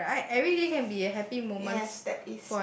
right everyday can be a happy moments